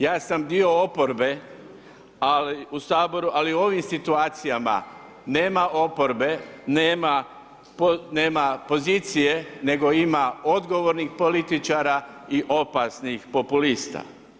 Ja sam dio oporbe u Saboru ali u ovim situacijama nema oporbe, nema pozicije nego ima odgovornih političara i opasnih populista.